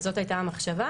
זאת הייתה המחשבה.